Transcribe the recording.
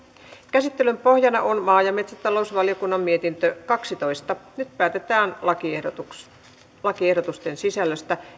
käsittelyn pohjana on maa ja metsätalousvaliokunnan mietintö kaksitoista nyt päätetään lakiehdotusten sisällöstä